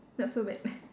not so bad